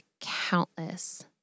countless